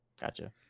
Gotcha